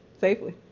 safely